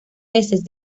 veces